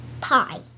pie